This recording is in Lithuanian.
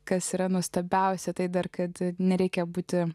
kas yra nuostabiausia tai dar kad nereikia būti